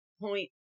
point